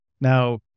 Now